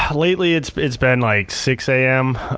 um lately its its been like six am,